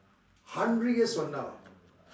hundred years from now